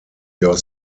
your